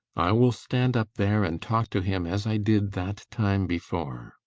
i will stand up there and talk to him as i did that time before.